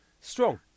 Strong